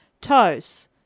toes